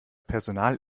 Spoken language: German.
personal